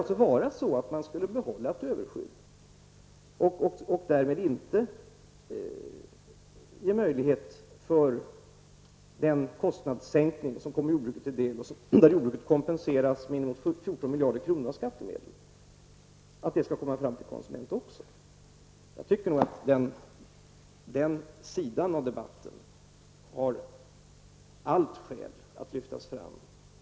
Avsåg man att behålla ett överskydd och därmed inte ge möjlighet till en kostnadssänkning som skulle komma jordbruket till del, där jordbruket skulle kompenseras med 14 miljarder kronor av skattemedel? Jag tycker att den delen av debatten har allt skäl att lyftas fram.